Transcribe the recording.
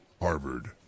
Harvard